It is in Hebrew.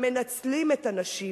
המנצלים את הנשים,